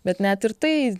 bet net ir tai